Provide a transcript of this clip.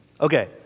okay